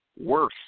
worse